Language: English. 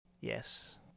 Yes